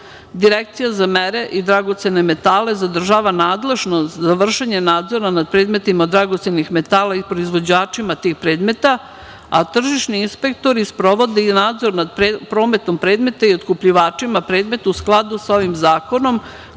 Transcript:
Direkcija za mere i dragocene metale zadržava nadležnost za vršenje nadzora nad predmetima dragocenih metala i proizvođačima tih predmeta, a tržišni inspektori sprovode i nadzor nad prometom predmeta i otkupljivačima predmeta u skladu sa ovim zakonom,